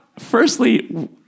Firstly